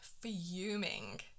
fuming